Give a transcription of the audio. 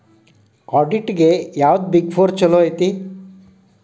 ಆಡಿಟ್ಗೆ ಯಾವ್ದ್ big four ಚಲೊಐತಿ?